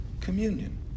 Communion